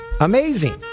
Amazing